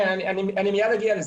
אני מייד אגיע לזה.